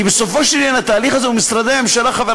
כי בסופו של עניין התהליך הזה הוא משרדי ממשלה,